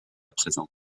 présent